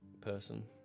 person